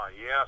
Yes